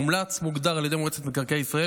"מומלץ" מוגדר על ידי מועצת מקרקעי ישראל